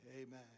Amen